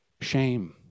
Shame